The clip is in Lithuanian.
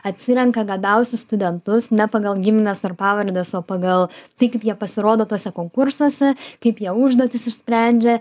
atsirenka gabiausius studentus ne pagal gimines ar pavardes o pagal tai kaip jie pasirodo tuose konkursuose kaip jie užduotis išsprendžia